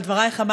על דברייך.